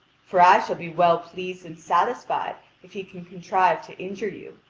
for i shall be well pleased and satisfied if he can contrive to injure you,